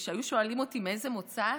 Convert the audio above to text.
כשהיו שואלים אותי: מאיזה מוצא את?